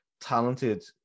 talented